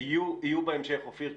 --- יהיו בהמשך, אופיר.